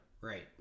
Right